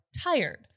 tired